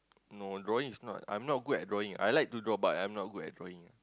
no drawing is not I'm not good at drawing I like to draw but I'm not good at drawing